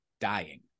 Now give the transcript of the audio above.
dying